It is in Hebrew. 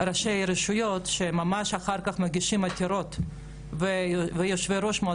אז אני שוב פעם חוזרת ואומרת, אין יותר טוב מאור